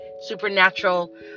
supernatural